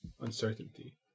uncertainty